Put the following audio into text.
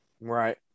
Right